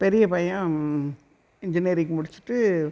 பெரிய பையன் இன்ஜீனியரிங் முடிச்சுட்டு